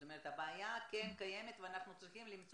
זאת אומרת הבעיה כן קיימת ואנחנו צריכים למצוא